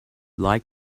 like